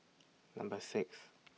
Number six